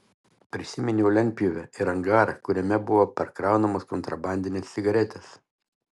prisiminiau lentpjūvę ir angarą kuriame buvo perkraunamos kontrabandinės cigaretės